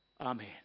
Amen